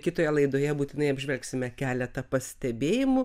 kitoje laidoje būtinai apžvelgsime keletą pastebėjimų